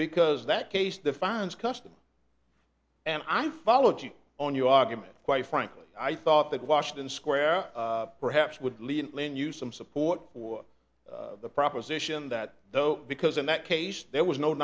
because that case defines custom and i followed you on your argument quite frankly i thought that washington square perhaps would lead and lend you some support for the proposition that though because in that case there was no